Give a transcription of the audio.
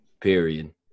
Period